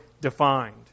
defined